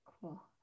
Cool